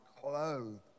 clothed